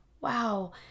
wow